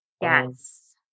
Yes